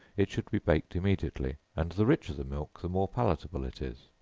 it should be baked immediately, and the richer the milk, the more palatable it is.